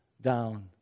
down